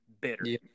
bitter